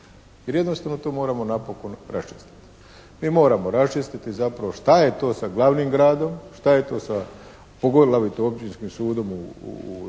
jer jednostavno to moramo napokon raščistiti. Mi moramo raščistiti zapravo šta je to sa glavnim gradom, šta je to poglavito Općinskim sudom u Gradu